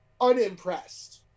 unimpressed